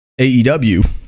AEW